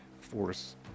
force